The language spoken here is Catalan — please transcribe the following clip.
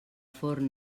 forn